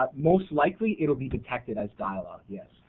ah most likely it will be detected as dialogue, yes.